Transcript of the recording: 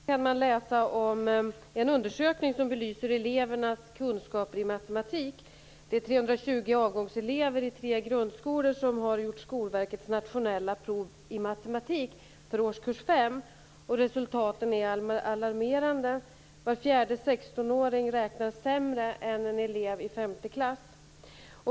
Fru talman! I dagens Expressen kan man läsa om en undersökning som belyser elevernas kunskaper i matematik. Det är 320 avgångselever i tre grundskolor som har gjort Skolverkets nationella prov i matematik för årskurs 5, och resultaten är alarmerande. Var fjärde 16-åring räknar sämre än en elev i femte klass.